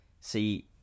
see